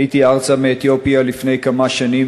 עליתי ארצה מאתיופיה לפני כמה שנים,